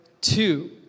two